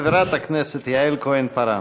חברת הכנסת יעל כהן-פארן.